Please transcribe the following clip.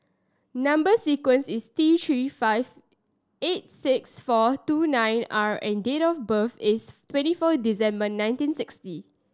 number sequence is T Three five eight six four two nine R and date of birth is twenty four December nineteen sixty